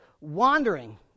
wandering